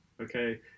okay